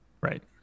Right